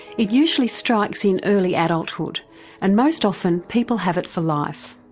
it usually strikes in early adulthood and most often people have it for life,